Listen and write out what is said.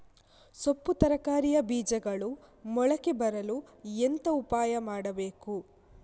ಸೊಪ್ಪು ತರಕಾರಿಯ ಬೀಜಗಳು ಮೊಳಕೆ ಬರಲು ಎಂತ ಉಪಾಯ ಮಾಡಬೇಕು?